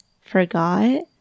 forgot